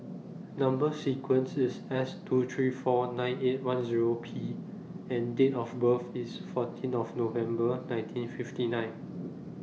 Number sequence IS S two three four nine eight one Zero P and Date of birth IS fourteen of November nineteen fifty nine